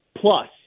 Plus